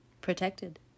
protected